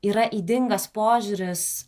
yra ydingas požiūris